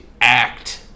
act